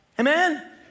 Amen